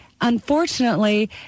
unfortunately